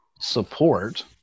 Support